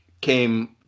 came